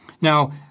Now